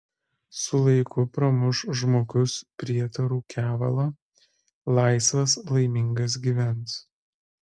su laiku pramuš žmogus prietarų kevalą laisvas laimingas gyvens